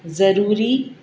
ضروری